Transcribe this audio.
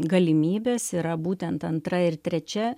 galimybės yra būtent antra ir trečia